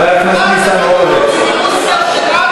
מה עשית בשביל העולים מרוסיה?